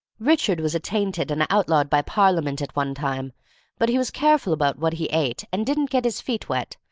richard was attainted and outlawed by parliament at one time but he was careful about what he ate, and didn't get his feet wet,